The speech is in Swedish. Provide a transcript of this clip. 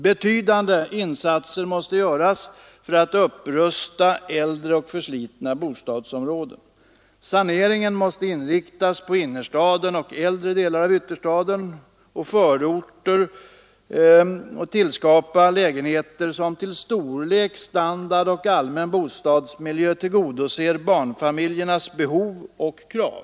Betydande insatser måste göras för att upprusta äldre och förslummade bostadsområden. Saneringen måste inriktas på innerstaden och äldre delar av ytterstaden och förorter samt tillskapa lägenheter som i fråga om storlek, standard och allmän bostadsmiljö tillgodoser barnfamiljernas behov och krav.